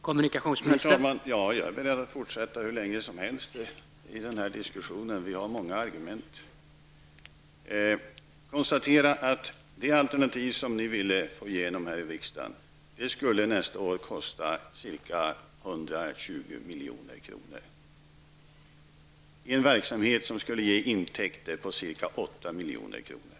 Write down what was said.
Herr talman! Ja, jag är beredd att fortsätta den här diskussionen hur länge som helst. Vi har många argument. Det alternativ som ni vill få igenom här i riksdagen skulle nästa år kosta ca 120 milj.kr. Detta i en verksamhet som skulle ge intäkter på ca 8 milj.kr.